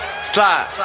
Slide